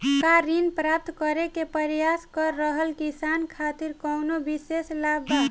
का ऋण प्राप्त करे के प्रयास कर रहल किसान खातिर कउनो विशेष लाभ बा?